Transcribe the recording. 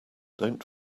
don‘t